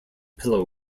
pillow